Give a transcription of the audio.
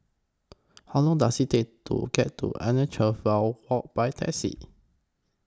How Long Does IT Take to get to Anna Walk By Taxi